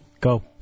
Go